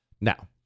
Now